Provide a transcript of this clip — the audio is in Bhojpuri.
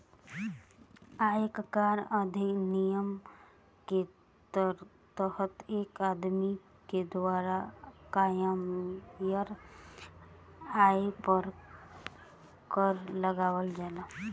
आयकर अधिनियम के तहत एक आदमी के द्वारा कामयिल आय पर कर लगावल जाला